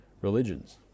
religions